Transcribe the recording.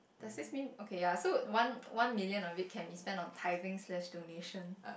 does this mean okay ya so one one million of it can be used on tithing slash donation